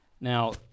Now